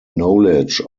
knowledge